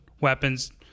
weapons